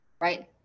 right